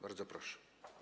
Bardzo proszę.